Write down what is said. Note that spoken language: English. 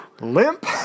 Limp